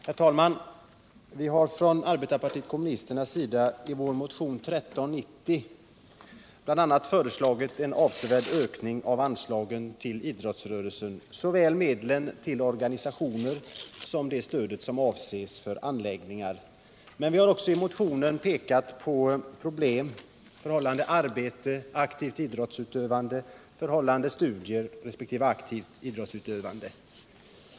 Herr talman! Vi har från arbetarpartiet kommunisternas sida i vår motion 1390 bl.a. föreslagit en avsevärd ökning av anslagen till idrottsrörelsen, såväl medlen till organisationer som det stöd som avses för anläggningar. Men vi har också i motionen pekat på problem i förhållandet arbete-aktivt idrottsutövande och i förhållandet studier-aktivt idrottsutövande.